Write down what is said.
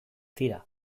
tira